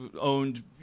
owned